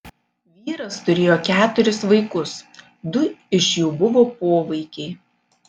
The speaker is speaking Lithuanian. vyras turėjo keturis vaikus du iš jų buvo povaikiai